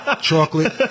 chocolate